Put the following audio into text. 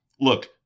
Look